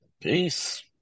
Peace